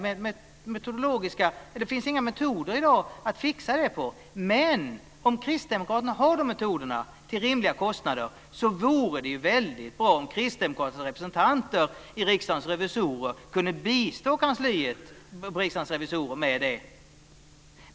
Men om Kristdemokraterna känner till några sådana metoder och om kostnaderna är rimliga vore det väldigt bra om partiets representanter i Riksdagens revisorer kunde bistå kansliet med dem.